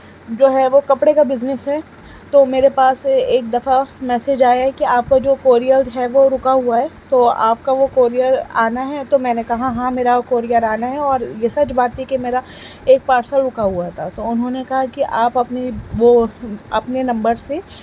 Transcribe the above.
جو ہے کپڑے کا بزنس ہے تو میرے پاس ایک دفعہ میسج آیا کہ آپ کا جو کوریئر ہے وہ رکا ہوا ہے تو آپ کا وہ کوریئر آنا ہے تو میں نے کہا ہاں ہاں میرا کوریئر آنا ہے اور یہ سچ بات یہ کہ میرا ایک پارسل رکا ہوا تھا تو انہوں نے کہا کہ اپنی وہ اپنے نمبر سے